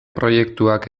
proiektuak